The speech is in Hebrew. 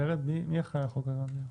ורד, מי אחראי על חוק הגנת הדייר?